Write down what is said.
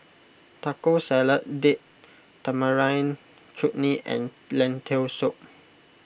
Taco Salad Date Tamarind Chutney and Lentil Soup